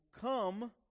come